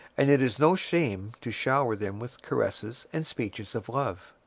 and it is no shame to shower them with caresses and speeches of love.